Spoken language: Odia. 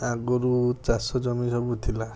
ଆଗରୁ ଚାଷ ଜମି ସବୁ ଥିଲା